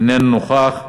איננו נוכח,